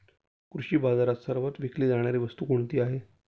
कृषी बाजारात सर्वात विकली जाणारी वस्तू कोणती आहे?